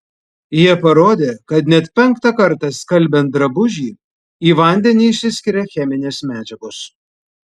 jie parodė kad net penktą kartą skalbiant drabužį į vandenį išsiskiria cheminės medžiagos